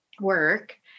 work